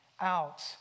out